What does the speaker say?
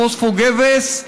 פוספוגבס,